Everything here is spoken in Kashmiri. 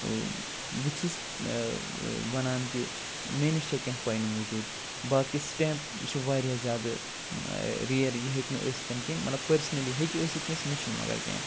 بہٕ چھُس وَنان کہِ مےٚ نِش چھےٚ کیٚنٛہہ کۄینہٕ موٗجوٗد باقٕے سِٹٮ۪مپ یہِ چھُ وارِیاہ زیادٕ ریر یہِ ہیٚکہِ نہٕ ٲسِتھ کیٚنٛہہ مطلب پٔرسنٔلی ہیٚکہِ ٲسِتھ کٲنٛسہِ مےٚ چھُنہٕ مگر کیٚنٛہہ